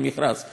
ברגע שהוא ריק,